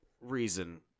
reason